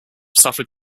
have